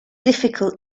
difficult